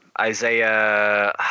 isaiah